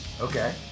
Okay